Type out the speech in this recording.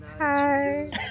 Hi